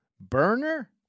burner